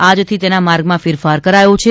આજથી તેના માર્ગમાં ફેરફાર કરાયો છે